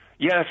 Yes